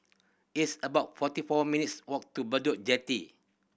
it's about forty four minutes' walk to Bedok Jetty